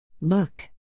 Look